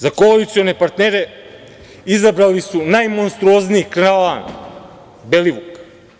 Za koalicione partnere izabrali su najmonstruozniji klan Belivuka.